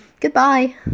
Goodbye